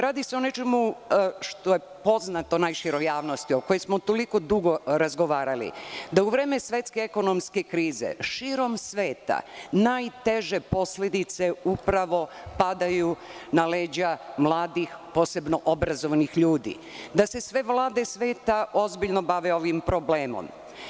Radi se o nečemu što je poznato najširoj javnosti, o kojoj smo toliko dugo razgovarali, da u vreme svetske ekonomske krize širom sveta najteže posledice upravo padaju na leđa mladih, posebno obrazovanih ljudi, da se sve vlade sveta ozbiljno bave ovim problemom.